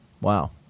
Wow